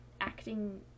acting